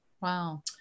Wow